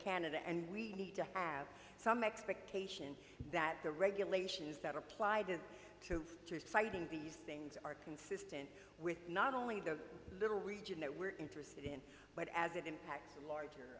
canada and we need to have some expectation that the regulations that applied to fighting these things are consistent with not only the little region that we're interested in but as it impacts larger